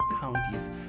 counties